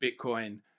Bitcoin